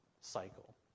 cycle